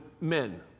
men